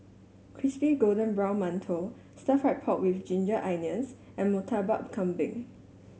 Crispy Golden Brown Mantou Stir Fried Pork with Ginger Onions and Murtabak Kambing